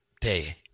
day